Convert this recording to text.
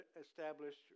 established